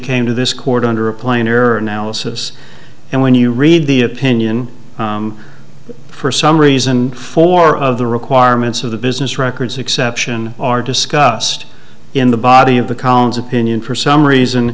came to this court under a plain error analysis and when you read the opinion for some reason for of the requirements of the business records exception are discussed in the body of the columns opinion for some reason